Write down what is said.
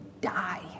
die